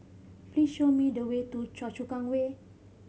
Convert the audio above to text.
please show me the way to Choa Chu Kang Way